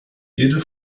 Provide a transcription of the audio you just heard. jede